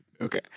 Okay